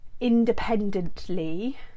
independently